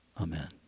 Amen